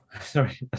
sorry